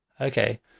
okay